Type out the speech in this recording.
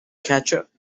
catcher